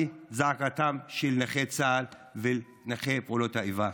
את זעקתם של נכי צה"ל ונכי פעולות האיבה.